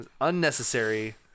Unnecessary